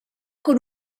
con